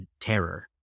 terror